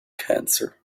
cancer